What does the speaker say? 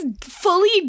fully